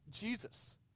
Jesus